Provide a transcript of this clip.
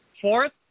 Fourth